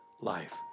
life